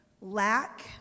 lack